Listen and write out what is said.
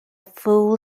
full